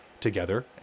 together